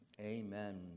Amen